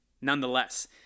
nonetheless